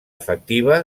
efectiva